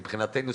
מבחינתנו,